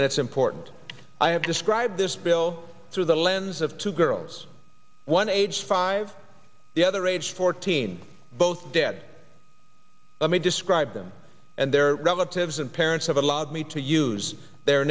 and it's important i have described this bill through the lens of two girls one aged five the other age fourteen both dead let me describe them and their relatives and parents have allowed me to use their